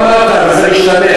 זה לא מה שאני אומר.